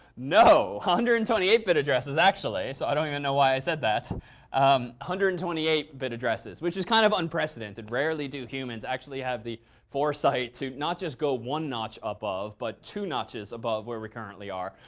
no. one hundred and twenty eight bit addresses, actually. so i don't even know why i said that. one um hundred and twenty eight bit addresses. which is kind of unprecedented. rarely do humans actually have the foresight to not just go one notch above but two notches above where we currently are.